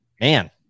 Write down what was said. man